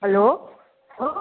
hello